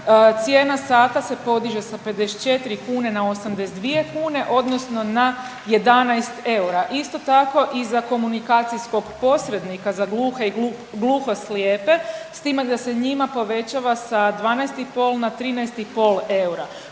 Cijena sata se podiže sa 54 kune na 82 kune, odnosno na 11 eura. Isto tako i za komunikacijskog posrednika za gluhe i gluhoslijepe s time da se njima povećava sa 12 i pol na